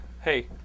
hey